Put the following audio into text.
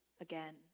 again